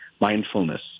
mindfulness